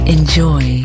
Enjoy